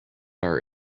our